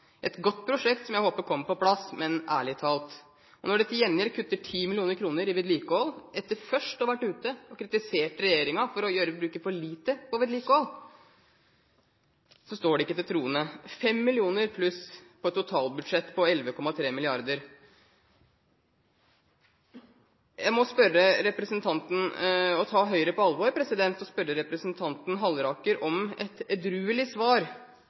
et godt prosjekt som jeg håper kommer på plass, men ærlig talt. Når de til gjengjeld kutter 10 mill. kr til vedlikehold etter først å ha kritisert regjeringen for å bruke for lite på vedlikehold, står det ikke til troende – 5 mill. kr pluss av et totalbudsjett på 11,3 mrd. Jeg må ta Høyre på alvor og spørre representanten Halleraker om et edruelig svar